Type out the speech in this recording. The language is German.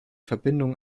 verbindung